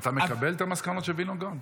אתה מקבל את המסקנות של וינוגרד?